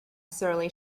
surly